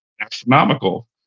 astronomical